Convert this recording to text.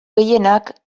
gehienak